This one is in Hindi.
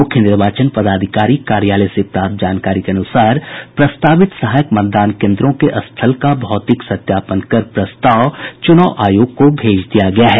मुख्य निर्वाचन पदाधिकारी कार्यालय से प्राप्त जानकारी के अनुसार प्रस्तावित सहायक मतदान केन्द्रों के स्थल का भौतिक सत्यापन कर प्रस्ताव चुनाव आयोग को भेज दिया गया है